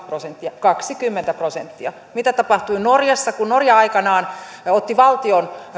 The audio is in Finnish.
prosenttia kaksikymmentä prosenttia mitä tapahtui norjassa kun norja aikanaan otti valtion